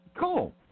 Cool